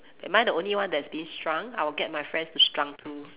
am I the only one that is being shrunk I'll get my friends to shrunk too